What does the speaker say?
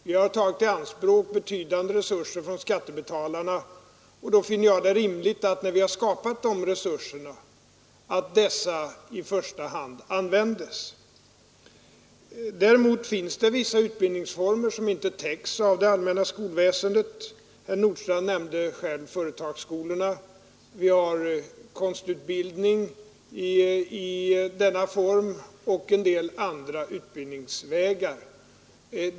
Vi har tagit i anspråk betydande resurser från skattebetalarna, och då finner jag det rimligt att när vi har skapat dessa skolor i första hand använda dessa. Däremot finns det vissa utbildningsformer, som inte täcks av det allmänna skolväsendet. Herr Nordstrandh nämnde själv företagsskolorna. Därtill kommer viss konstutbildning och en del andra utbildningsvägar.